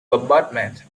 bombardment